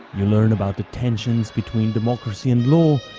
you learn about the tension between democracy and law,